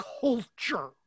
culture